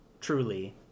truly